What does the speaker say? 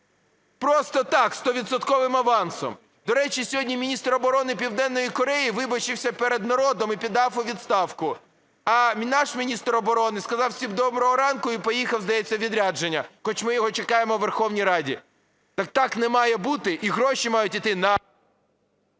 зі стовідсотковим авансом. До речі, сьогодні міністр оборони Південної Кореї вибачився перед народом і подав у відставку, а наш міністр оборони сказав усім "доброго ранку" і поїхав, здається, у відрядження, хоч ми його чекаємо у Верховній Раді. Та так не має бути і гроші мають іти на…